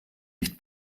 nicht